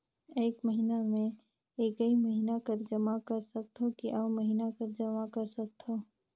एक महीना मे एकई महीना कर जमा कर सकथव कि अउ महीना कर जमा कर सकथव?